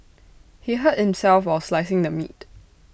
he hurt himself while slicing the meat